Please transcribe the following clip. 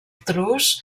drus